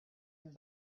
and